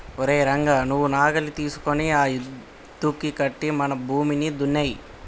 ఓరై రంగ నువ్వు నాగలి తీసుకొని ఆ యద్దుకి కట్టి మన భూమిని దున్నేయి